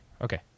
okay